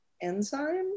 enzyme